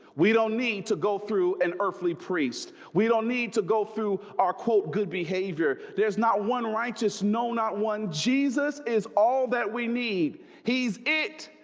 we don't need to go through an earthly priest we don't need to go through our quote good behavior. there's not one righteous. no, not one jesus is all that we need he's it.